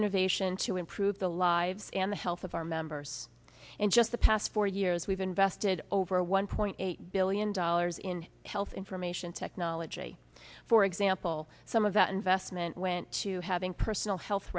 innovation to improve the lives and the health of our members in just the past four years we've invested over a one point eight billion dollars in health information technology for example some of that investment went to having personal health